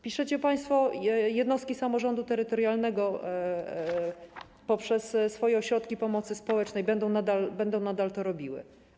Piszecie państwo: jednostki samorządu terytorialnego poprzez swoje ośrodki pomocy społecznej będą nadal to robiły.